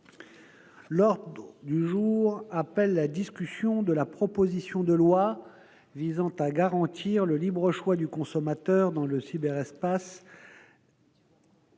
affaires économiques, la discussion de la proposition de loi visant à garantir le libre choix du consommateur dans le cyberespace,